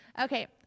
okay